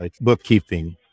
bookkeeping